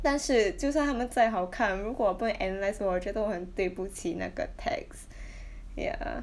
但是就算他们再好看如果我不能 analyse 跟我觉得我很对不起那个 text ya